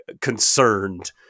concerned